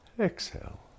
Exhale